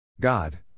God